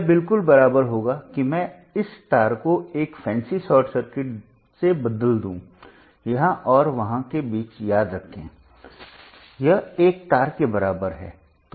यह बिल्कुल बराबर होगा कि मैं इस तार को एक फैंसी शॉर्ट सर्किट से बदल दूं यहां और वहां के बीच याद रखें यह एक तार के बराबर है